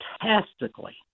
fantastically